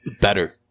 better